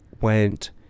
went